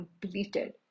completed